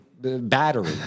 battery